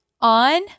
on